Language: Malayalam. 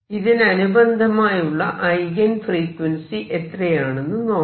ഇതിനനുബന്ധമായുള്ള ഐഗൻ ഫ്രീക്വൻസി എത്രയാണെന്ന് നോക്കാം